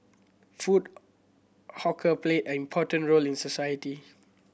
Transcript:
food hawker played an important role in society